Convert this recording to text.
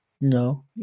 No